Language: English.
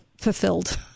fulfilled